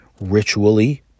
ritually